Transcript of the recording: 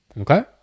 okay